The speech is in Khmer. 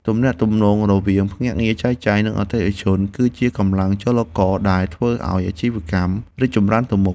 ទំនាក់ទំនងរវាងភ្នាក់ងារចែកចាយ និងអតិថិជន គឺជាកម្លាំងចលករដែលធ្វើឱ្យអាជីវកម្មរីកចម្រើនទៅមុខ។